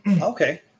Okay